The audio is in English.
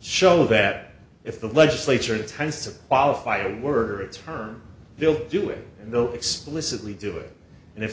show that if the legislature tends to qualify a word for her they'll do it and they'll explicitly do it and if